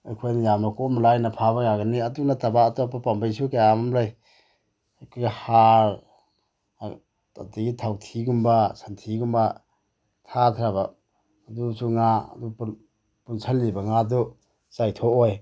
ꯑꯩꯈꯣꯏꯅ ꯌꯥꯝꯅ ꯀꯣꯝꯅ ꯂꯥꯏꯅ ꯐꯥꯕ ꯌꯥꯒꯅꯤ ꯑꯗꯨ ꯅꯠꯇꯕ ꯑꯇꯣꯞꯄ ꯄꯥꯝꯕꯩꯁꯨ ꯀꯌꯥ ꯑꯃ ꯂꯩ ꯑꯩꯈꯣꯏꯒꯤ ꯍꯥꯔ ꯑꯗꯨꯗꯒꯤ ꯊꯥꯎꯊꯤꯒꯨꯝꯕ ꯁꯟꯊꯤꯒꯨꯝꯕ ꯊꯥꯗꯔꯕ ꯑꯗꯨꯁꯨ ꯉꯥ ꯄꯨꯟꯁꯤꯜꯂꯤꯕ ꯉꯥꯗꯨ ꯆꯥꯏꯊꯣꯛꯑꯣꯏ